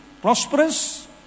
prosperous